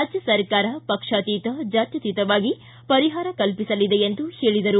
ರಾಜ್ಯ ಸರಕಾರವು ಪಕ್ಷಾತೀತ ಜಾತ್ಯತೀತವಾಗಿ ಪರಿಹಾರ ಕಲ್ಪಿಸಲಿದೆ ಎಂದು ಹೇಳಿದರು